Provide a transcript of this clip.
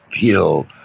feel